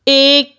एक